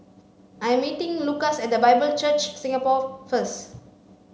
I am meeting Lucas at The Bible Church Singapore first